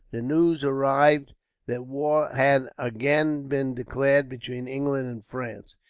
the news arrived that war had again been declared between england and france.